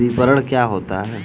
विपणन क्या होता है?